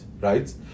right